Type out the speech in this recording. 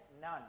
none